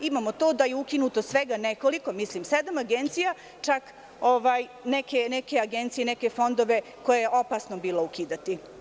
Imamo to da je ukinuto svega nekoliko, sedam agencija, čak neke agencije i neke fondove koje je opasno bilo ukidati.